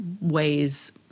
ways